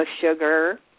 sugar